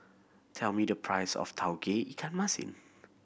tell me the price of Tauge Ikan Masin